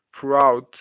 throughout